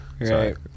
Right